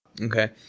Okay